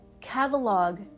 catalog